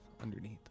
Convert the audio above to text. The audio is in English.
underneath